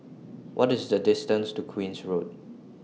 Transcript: What IS The distance to Queen's Road